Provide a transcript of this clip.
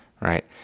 Right